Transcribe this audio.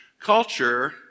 culture